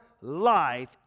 life